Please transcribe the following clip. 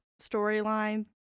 storyline